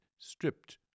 stripped